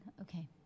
Okay